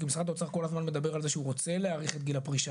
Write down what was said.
כי משרד האוצר כל הזמן מדבר על זה שהוא רוצה להאריך את גיל הפרישה